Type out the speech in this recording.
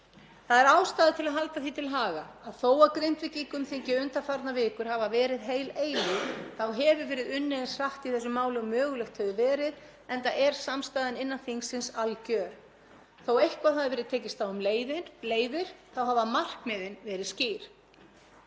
Það er ástæða til að halda því til haga að þó að Grindvíkingum þyki undanfarnar vikur hafa verið heil eilífð þá hefur verið unnið eins hratt í þessum málum og mögulegt hefur verið, enda er samstaðan innan þingsins algjör. Þó að eitthvað hafi verið tekist á um leiðir hafa markmiðin verið skýr.